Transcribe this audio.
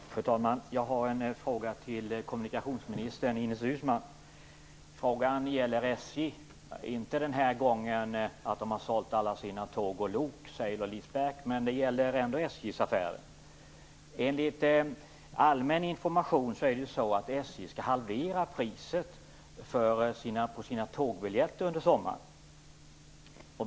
Fru talman! Jag har en fråga till kommunikationsminister Ines Uusmann. Frågan gäller SJ - den här gången inte att SJ sålt alla sina tåg och lok som sale-lease back, men det gäller ändå SJ:s affärer. Enligt allmän information skall SJ halvera priset på tågbiljetter under sommaren.